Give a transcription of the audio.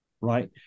Right